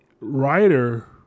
writer